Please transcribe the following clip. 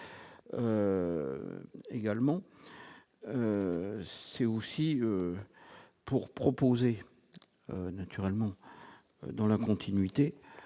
également, c'est aussi pour proposer naturellement dans la continuité